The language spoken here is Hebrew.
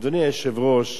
אדוני היושב-ראש,